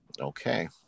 Okay